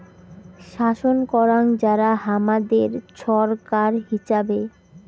শাসন করাং যারা হামাদের ছরকার হিচাবে